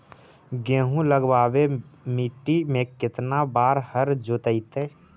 गेहूं लगावेल मट्टी में केतना बार हर जोतिइयै?